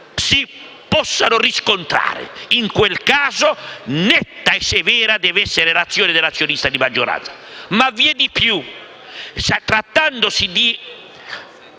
si possano riscontrare: in quel caso netta e severa dovrà essere l'azione dell'azionista di maggioranza. Vi è però di più. Trattandosi dello